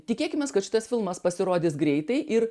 tikėkimės kad šitas filmas pasirodys greitai ir